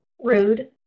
Rude